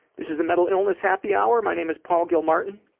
this is the mental illness happy hour. my name is paul gilmartin.